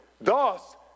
Thus